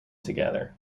together